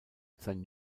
sein